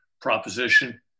proposition